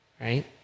Right